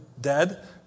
dead